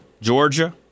Georgia